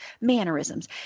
mannerisms